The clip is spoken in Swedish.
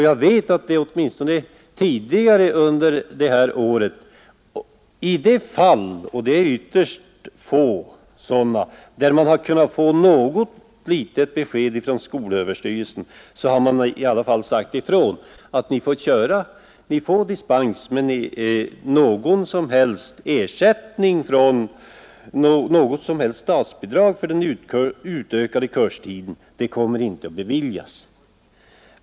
Jag vet att det åtminstone tidigare under detta år i de fall — och det är ytterst få sådana — där man har kunnat få något som helst besked från skolöverstyrelsen, har det inneburit att skolan skulle få dispens men att något som helst statsbidrag för den utökade kurstiden inte kommer att beviljas.